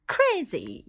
Crazy